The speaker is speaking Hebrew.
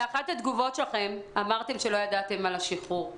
אבל באחת התגובות שלכם אמרתם שלא ידעתם על השחרור שלו,